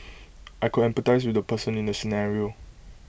I could empathise with the person in the scenario